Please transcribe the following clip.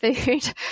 food